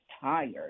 tired